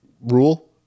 rule